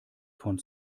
von